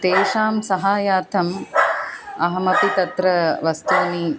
तेषां सहायार्थम् अहमपि तत्र वस्तूनि